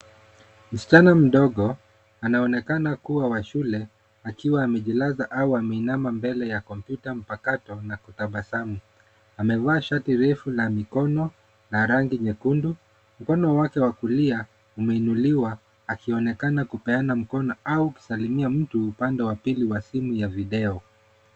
Msichana mdogo anaonekana kuwa wa shule akiwa amejilaza au ameinama mbele ya kompyuta mpakato na kutabasamu. Amevaa shati refu la mikono na rangi nyekundu. Mkono wake wa kulia umeinuliwa akionekana kupeana mkono au kusalimia mtu upande wa pili wa simu ya video.